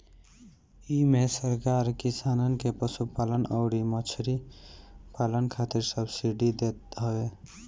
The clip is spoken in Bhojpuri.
इमे सरकार किसानन के पशुपालन अउरी मछरी पालन खातिर सब्सिडी देत हवे